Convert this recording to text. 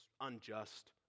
unjust